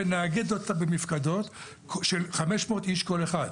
נאגד אותם במפקדות של 500 איש בכל אחת.